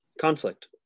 conflict